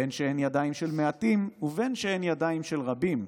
בין שהן ידיים של מעטים ובין שהן ידיים של רבים'"